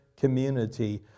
community